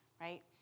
Right